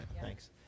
Thanks